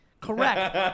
Correct